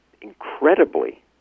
incredibly